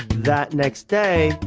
that next day,